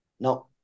Now